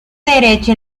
derecho